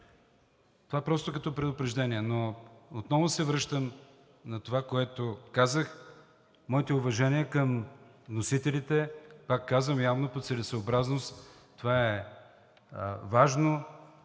Това е просто като предупреждение. Но отново се връщам на това, което казах. Моите уважения към вносителите, пак казвам, явно по целесъобразност това е важно.